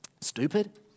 stupid